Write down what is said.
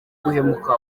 guhemuka